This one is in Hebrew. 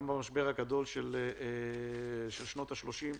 גם במשבר הגדול של שנות ה-30,